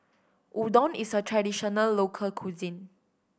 udon is a traditional local cuisine